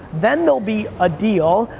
then they'll be a deal,